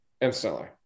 instantly